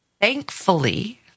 Thankfully